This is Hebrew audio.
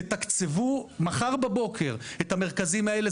תתקצבו מחר בבוקר את המרכזים האלה.